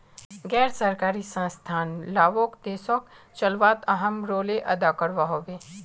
गैर सरकारी संस्थान लाओक देशोक चलवात अहम् रोले अदा करवा होबे